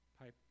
pipe